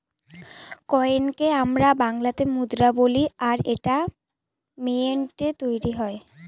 কয়েনকে আমরা বাংলাতে মুদ্রা বলি আর এটা মিন্টৈ তৈরী হয়